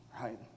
right